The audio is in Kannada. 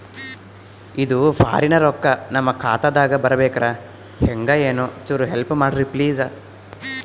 ಇದು ಫಾರಿನ ರೊಕ್ಕ ನಮ್ಮ ಖಾತಾ ದಾಗ ಬರಬೆಕ್ರ, ಹೆಂಗ ಏನು ಚುರು ಹೆಲ್ಪ ಮಾಡ್ರಿ ಪ್ಲಿಸ?